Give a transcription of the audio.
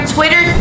Twitter